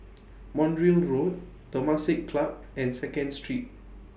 Montreal Road Temasek Club and Second Street